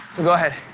so go ahead.